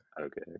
Okay